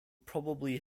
probably